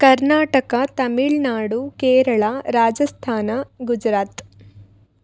Karnataka Tamil Nadu Kerala Rajasthan Gujarat